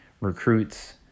recruits